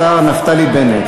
השר נפתלי בנט.